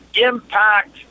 impact